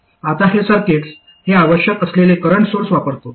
आता हे सर्किट्स हे आवश्यक असलेले करंट सोर्स वापरतो